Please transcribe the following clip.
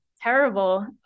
terrible